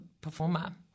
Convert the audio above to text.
performer